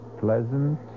pleasant